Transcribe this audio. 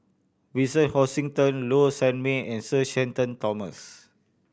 Vincent Hoisington Low Sanmay and Sir Shenton Thomas